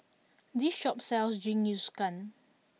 this shop sells Jingisukan